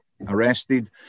arrested